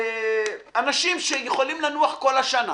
ואנשים שיכולים לנוח כל השנה